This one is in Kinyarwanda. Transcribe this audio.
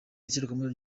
iserukiramuco